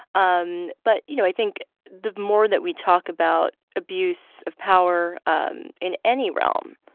um but, you know, i think the more that we talk about abuse of power um in any realm,